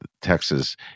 Texas